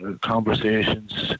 conversations